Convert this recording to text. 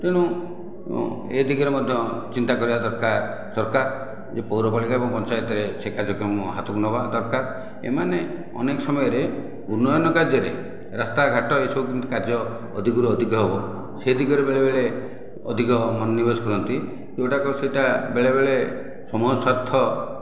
ତେଣୁ ଏ ଦିଗରେ ମଧ୍ୟ ଚିନ୍ତା କରିବା ଦରକାର ସରକାର ଯେ ପୌରପାଳିକା ଏବଂ ପଞ୍ଚାୟତରେ ସେ କାର୍ଯ୍ୟକ୍ରମ ହାତକୁ ନେବା ଦରକାର ଏମାନେ ଅନେକ ସମୟରେ ଉନ୍ନୟନ କାର୍ଯ୍ୟରେ ରାସ୍ତା ଘାଟ ଏହିସବୁ କେମିତି କାର୍ଯ୍ୟ ଅଧିକରୁ ଅଧିକ ହେବ ସେ ଦିଗରେ ବେଳେବେଳେ ଅଧିକ ମନୋନିବେଶ କରନ୍ତି ଯେଉଁଟାକି ସେଇଟା ବେଳେବେଳେ ସମୟ ସ୍ଵାର୍ଥ